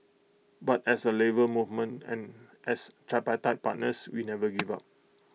but as A Labour Movement and as tripartite partners we never give up